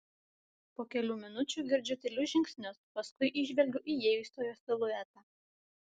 po kelių minučių girdžiu tylius žingsnius paskui įžvelgiu įėjusiojo siluetą